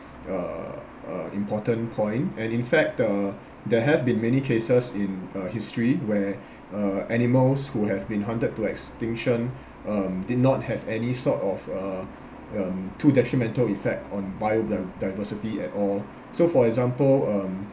uh uh important point and in fact uh there have been many cases in uh history where uh animals who have been hunted to extinction um did not have any sort of uh um too detrimental effect on biodi~ diversity at all so for example um